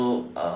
so